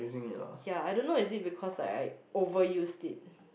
ya I don't know is it because like I overuse it